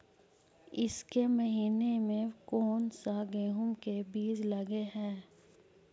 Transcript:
ईसके महीने मे कोन सा गेहूं के बीज लगे है?